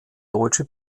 deutsche